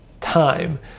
time